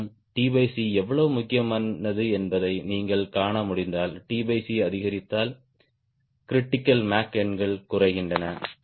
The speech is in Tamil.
மேலும் எவ்வளவு முக்கியமானது என்பதை நீங்கள் காண முடிந்தால் அதிகரித்தால் கிரிட்டிக்கல் மேக் எண்கள் குறைகின்றன